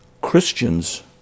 Christians